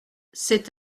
c’est